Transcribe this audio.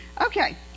Okay